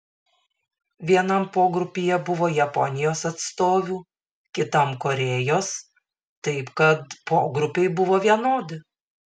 vienam pogrupyje buvo japonijos atstovių kitam korėjos taip kad pogrupiai buvo vienodi